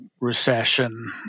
recession